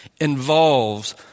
involves